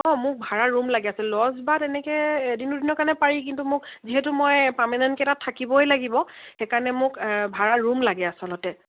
অঁ মোক ভাড়া ৰুম লাগে আচলতে লজ বা তেনেকৈ এদিনৰ দুদিনৰ কাৰণে পাৰি কিন্তু মোক যিহেতু মই পাৰ্মেণ্টকেই তাত থাকিবই লাগিব সেইকাৰণে মোক ভাড়া ৰুম লাগে আচলতে